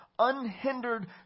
unhindered